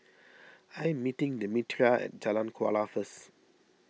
I am meeting Demetria at Jalan Kuala first